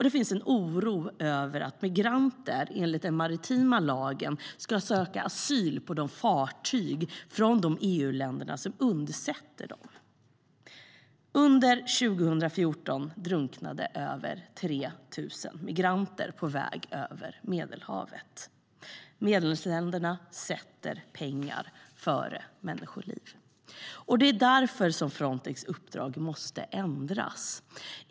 Det finns också en oro att migranter enligt den maritima lagen ska söka asyl på fartygen från de EU-länder som undsätter dem. Under 2014 drunknade över 3 000 migranter på sin väg över Medelhavet. Medlemsländerna sätter pengar före människoliv. Det är därför Frontex uppdrag måste ändras.